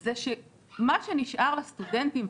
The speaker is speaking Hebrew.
זה שמה שנשאר לסטודנטים,